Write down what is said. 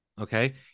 okay